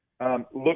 Look